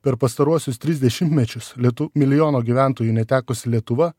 per pastaruosius tris dešimtmečius lietu milijono gyventojų netekusi lietuva